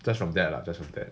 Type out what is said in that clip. just from that lah just from that